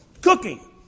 Cooking